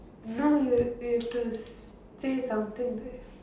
no you you have to say something